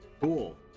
cool